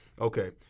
okay